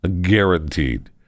guaranteed